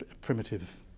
primitive